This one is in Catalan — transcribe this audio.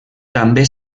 també